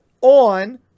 on